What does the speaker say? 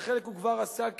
וחלק הוא כבר עשה,